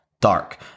dark